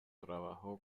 trabajó